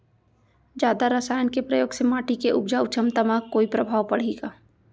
जादा रसायन के प्रयोग से माटी के उपजाऊ क्षमता म कोई प्रभाव पड़ही का?